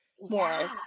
more